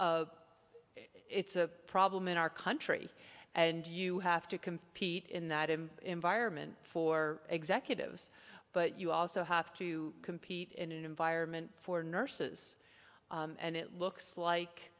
of it's a problem in our country and you have to compete in that in environment for executives but you also have to compete in an environment for nurses and it looks like